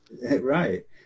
Right